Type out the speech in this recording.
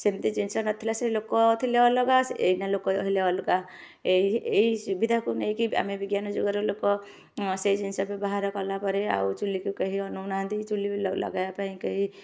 ସେମତି ଜିନିଷ ନଥିଲା ସେ ଲୋକ ଥିଲେ ଅଲଗା ସେ ଏଇନା ଲୋକ ହେଲେ ଅଲଗା ଏଇ ଏଇ ସୁବିଧାକୁ ନେଇକି ଆମେ ବିଜ୍ଞାନ ଯୁଗର ଲୋକ ସେଇ ଜିନିଷ ବ୍ୟବହାର କଲାପରେ ଆଉ ଚୁଲିକୁ କେହି ଅନଉ ନାହାଁନ୍ତି ଚୁଲି ଲଗାଇବା ପାଇଁ କେହି